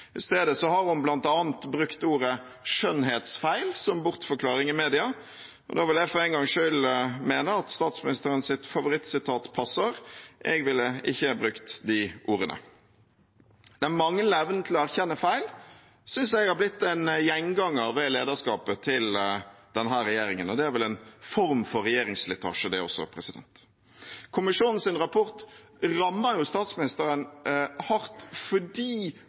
I stedet har hun bl.a. brukt ordet «skjønnhetsfeil» som bortforklaring i media, og da vil jeg for en gangs skyld mene at statsministerens favorittsitat passer: Jeg ville ikke brukt de ordene. Den manglende evnen til å erkjenne feil synes jeg er blitt en gjenganger ved lederskapet til denne regjeringen, og det er vel også en form for regjeringsslitasje. Kommisjonens rapport rammer jo statsministeren hardt fordi